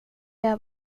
jag